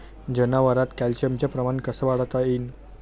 जनावरात कॅल्शियमचं प्रमान कस वाढवता येईन?